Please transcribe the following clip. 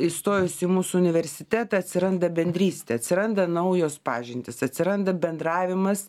įstojus į mūsų universitetą atsiranda bendrystė atsiranda naujos pažintys atsiranda bendravimas